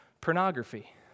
Pornography